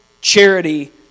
charity